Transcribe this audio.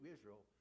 Israel